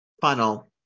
funnel